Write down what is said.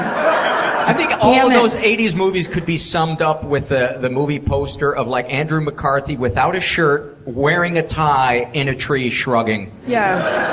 i think all ah those eighty s movies could be summed up with the the movie poster of like, andrew mccarthy without a shirt, wearing a tie, in a tree, shrugging. yeah.